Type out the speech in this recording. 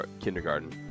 kindergarten